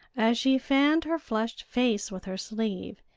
as she fanned her flushed face with her sleeve,